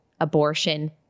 abortion